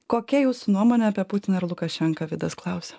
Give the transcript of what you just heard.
kokia jūsų nuomonė apie putiną ir lukašenką vidas klausia